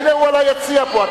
הנה הוא, על היציע פה.